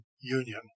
union